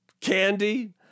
candy